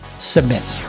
Submit